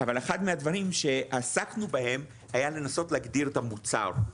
אבל אחד מהדברים שעסקנו בהם היה לנסות להגדיר את המוצר.